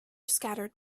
scattered